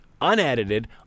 unedited